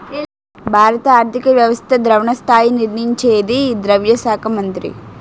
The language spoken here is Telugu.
భారత ఆర్థిక వ్యవస్థ ద్రవణ స్థాయి నిర్ణయించేది ద్రవ్య శాఖ మంత్రి